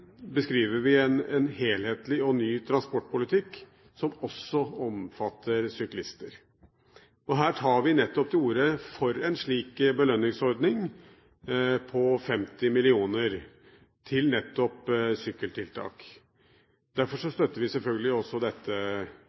beskriver vi en helhetlig og ny transportpolitikk som også omfatter syklister. Her tar vi til orde for en slik belønningsordning på 50 mill. kr til nettopp sykkeltiltak. Derfor støtter vi selvfølgelig også det forslaget som foreligger i dag. Til dette